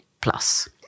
Plus